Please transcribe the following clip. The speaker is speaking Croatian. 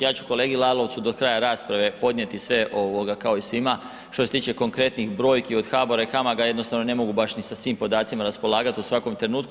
Ja ću kolegi Lalovcu do kraja rasprave podnijeti sve, kao i svima, što se tiče konkretnih brojki od HBOR-a i HAMAG-a, jednostavno ne mogu baš ni sa svim podacima raspolagati u svakom trenutku.